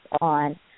on